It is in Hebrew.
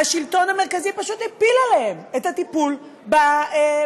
השלטון המרכזי פשוט הפיל עליהן את הטיפול בצהרונים,